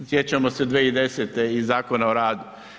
Sjećamo se 2010. i Zakona o radu.